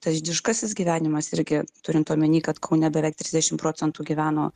tas žydiškasis gyvenimas irgi turint omeny kad kaune beveik trisdešimt procentų gyveno